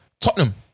Tottenham